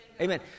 Amen